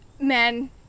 men